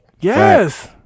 Yes